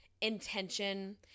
intention